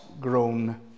grown